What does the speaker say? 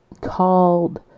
called